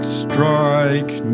strike